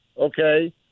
okay